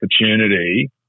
opportunity